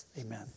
Amen